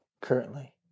currently